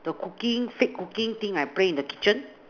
the cooking fake cooking thing I play in the kitchen